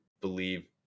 believe